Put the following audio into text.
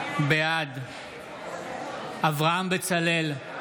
בעד אברהם בצלאל,